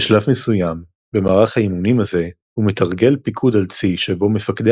בשלב מסוים במערך האימונים הזה הוא מתרגל פיקוד על צי שבו מפקדי